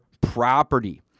property